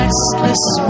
restless